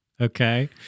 okay